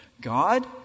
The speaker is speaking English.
God